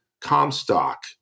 Comstock